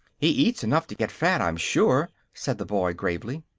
he eats enough to get fat, i'm sure, said the boy, gravely.